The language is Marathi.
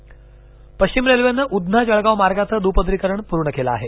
रेल्वे पश्चिम रेल्वेनं उधना जळगाव मार्गाचं दुपदरीकरण पूर्ण केलं आहे